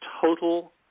total